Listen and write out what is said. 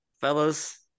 fellas